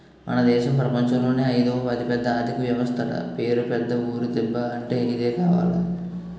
మన దేశం ప్రపంచంలోనే అయిదవ అతిపెద్ద ఆర్థిక వ్యవస్థట పేరు పెద్ద ఊరు దిబ్బ అంటే ఇదే కావాల